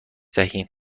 دهیم